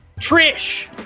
Trish